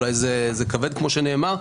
אולי זה כבד כמו שנאמר,